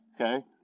okay